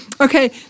Okay